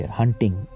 hunting